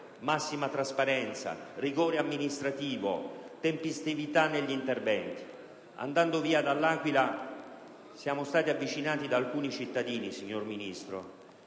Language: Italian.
massima trasparenza, rigore amministrativo, tempestività negli interventi. Andando via dall'Aquila siamo stati avvicinati da alcuni cittadini, signor Ministro,